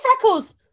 freckles